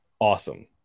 awesome